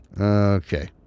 Okay